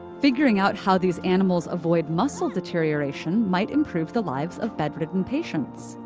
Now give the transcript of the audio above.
figuring out how these animals avoid muscle deterioration might improve the lives of bedridden patients.